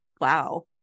wow